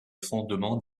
fondements